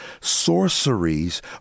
sorceries